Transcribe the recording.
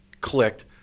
clicked